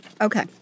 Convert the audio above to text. Okay